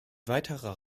weiterer